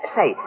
Say